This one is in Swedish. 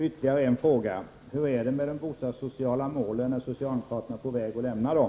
Ytterligare en fråga: Hur är det med de bostadssociala målen, är socialdemokraterna på väg att lämna dem?